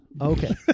Okay